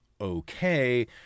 Okay